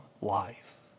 life